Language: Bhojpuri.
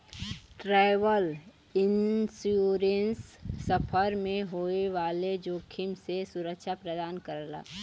ट्रैवल इंश्योरेंस सफर में होए वाले जोखिम से सुरक्षा प्रदान करला